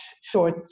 short